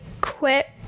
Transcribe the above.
quit